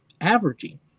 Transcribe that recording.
Averaging